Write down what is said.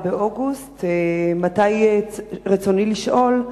רצוני לשאול: